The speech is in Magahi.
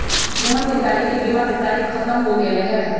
मोहन के गाड़ी के बीमा के तारिक ख़त्म हो गैले है